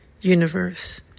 universe